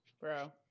Bro